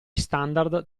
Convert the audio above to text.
standard